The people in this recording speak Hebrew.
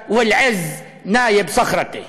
/ ראיתי את הרומחים עומדים.